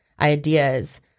ideas